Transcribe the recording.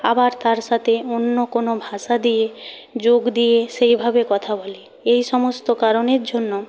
আবার তার সাথে অন্য কোনও ভাষা দিয়ে যোগ দিয়ে সেইভাবে কথা বলে এই সমস্ত কারণের জন্য